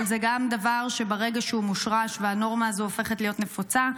אבל זה גם דבר שברגע שהוא משורש והנורמה הזו הופכת להיות נפוצה,